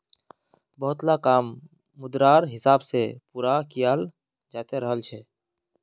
बहुतला काम मुद्रार हिसाब से पूरा कियाल जाते रहल छे